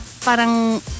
parang